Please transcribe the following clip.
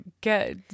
get